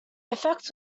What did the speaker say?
effect